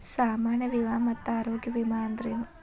ಸಾಮಾನ್ಯ ವಿಮಾ ಮತ್ತ ಆರೋಗ್ಯ ವಿಮಾ ಅಂದ್ರೇನು?